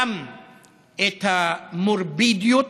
גם את המורבידיות,